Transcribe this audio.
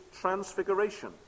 transfiguration